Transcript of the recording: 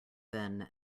than